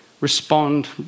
respond